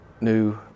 new